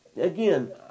again